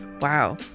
wow